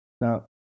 Now